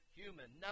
human